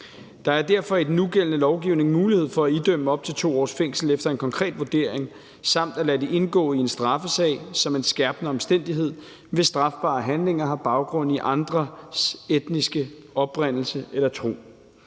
Der er derfor i den nugældende lovgivning mulighed for at idømme op til 2 års fængsel efter en konkret vurdering og at lade det indgå i en straffesag som en skærpende omstændighed, hvis strafbare handlinger har baggrund i andres etniske oprindelse eller tro.